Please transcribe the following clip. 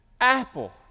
apple